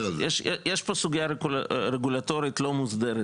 ללא ספק